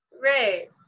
Right